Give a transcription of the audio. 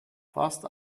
fast